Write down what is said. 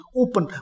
open